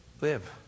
live